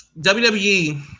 WWE